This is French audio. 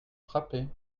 frappé